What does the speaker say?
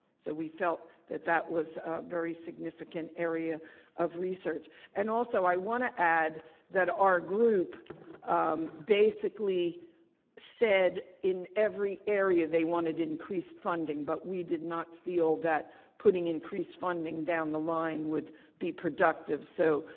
so we felt that that was a very significant area of research and also i want to add that our group basically said in every area they wanted increased funding, but we did not feel that putting increased funding down the line would be productive, so.